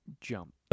jump